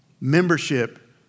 Membership